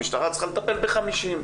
המשטרה צריכה לטפל ב-50.